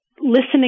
listening